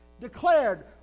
Declared